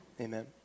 amen